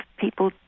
people